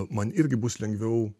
man irgi bus lengviau